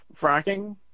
fracking